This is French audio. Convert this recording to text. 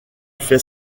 fait